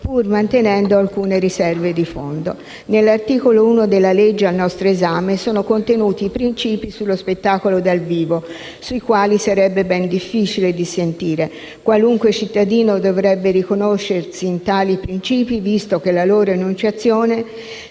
11,39)** (*Segue* GRANAIOLA). Nell'articolo 1 della legge al nostro esame sono contenuti i principi sullo spettacolo dal vivo, sui quali sarebbe ben difficile dissentire. Qualunque cittadino dovrebbe riconoscersi in tali principi, visto che la loro enunciazione